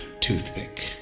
Toothpick